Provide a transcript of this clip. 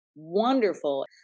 Wonderful